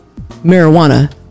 marijuana